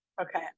okay